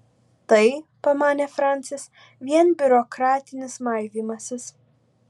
tai pamanė francis vien biurokratinis maivymasis